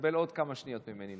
שתקבל עוד כמה שניות ממני,